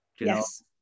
Yes